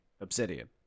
Obsidian